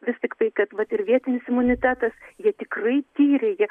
vis tiktai kad ir vietinis imunitetas jie tikrai tyrė